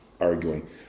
arguing